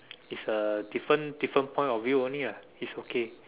is a different different point of view only ya it's okay